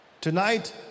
Tonight